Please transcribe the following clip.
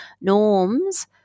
norms